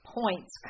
points